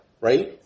right